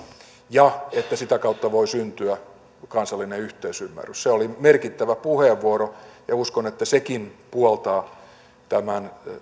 ja että sitä kautta voi syntyä kansallinen yhteisymmärrys se oli merkittävä puheenvuoro ja uskon että sekin puoltaa tämän